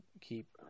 keep